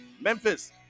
Memphis